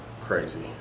Crazy